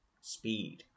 speed